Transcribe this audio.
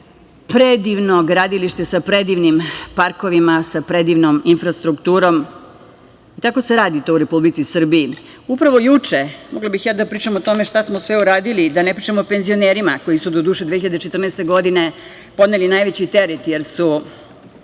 Predivno gradilište sa predivnim parkovima, sa predivnom infrastrukturom. Tako se radi to u Republici Srbiji. Upravo juče… Mogla bih ja da pričam o tome šta smo sve uradili, da ne pričam o penzionerima koji su, doduše, 2014. godine poneli najveći teret.